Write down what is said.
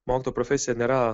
mokytojo profesija nėra